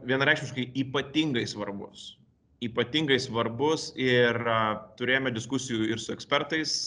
vienareikšmiškai ypatingai svarbus ypatingai svarbus ir turėjome diskusijų ir su ekspertais